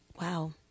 Wow